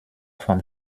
vom